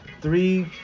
three